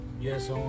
Yes